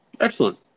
excellent